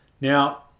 Now